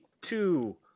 two